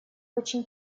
очень